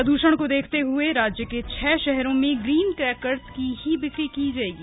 प्रदूषण को देखते हुए राज्य के छह शहरों में ग्रीन क्रैकर्स की ही बिक्री की जाएगी